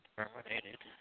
terminated